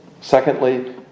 Secondly